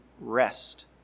rest